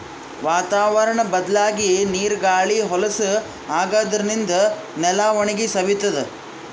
ವಾತಾವರ್ಣ್ ಬದ್ಲಾಗಿ ನೀರ್ ಗಾಳಿ ಹೊಲಸ್ ಆಗಾದ್ರಿನ್ದ ನೆಲ ಒಣಗಿ ಸವಿತದ್